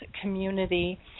Community